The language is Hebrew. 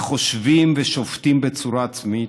החושבים ושופטים בצורה עצמאית,